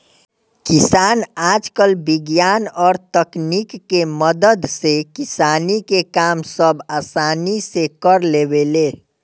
किसान आजकल विज्ञान और तकनीक के मदद से किसानी के काम सब असानी से कर लेवेले